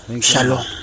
Shalom